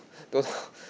don't